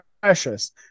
precious